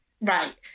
right